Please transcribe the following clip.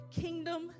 kingdom